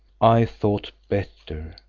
i thought better,